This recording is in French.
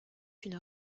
une